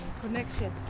connection